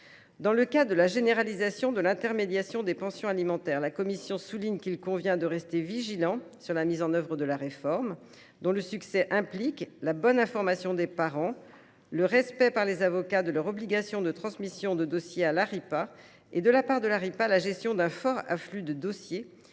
qui concerne la généralisation de l’intermédiation des pensions alimentaires, la commission souligne qu’il convient de rester vigilant sur la mise en œuvre de la réforme, dont le succès implique la bonne information des parents, le respect par les avocats de leur obligation de transmission des dossiers à l’Agence de recouvrement et d’intermédiation des pensions